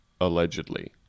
allegedly